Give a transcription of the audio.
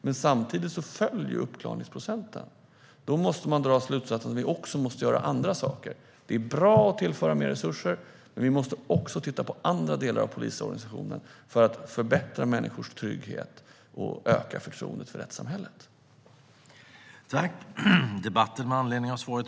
Men samtidigt föll uppklaringsprocenten, och då måste vi dra slutsatsen att vi också måste göra andra saker. Det är bra att tillföra mer resurser, men vi måste också titta på andra delar av polisorganisationen för att förbättra människors trygghet och öka förtroendet för rättssamhället.